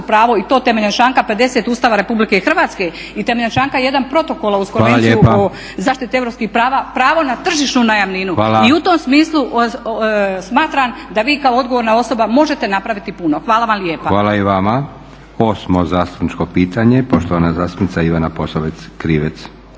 pravo i to temeljem članka 50. Ustava Republike Hrvatske i temeljem članka 1. Protokola uz Konvenciju o zaštiti … …/Upadica predsjednik: Hvala lijepa./… … europskih prava, pravo na tržišnu najamninu i u tom smislu smatram da vi kao odgovorna osoba možete napraviti puno. Hvala vam lijepa. **Leko, Josip (SDP)** Hvala i vama. Osmo zastupničko pitanje, poštovana zastupnica Ivana Posavec Krivec.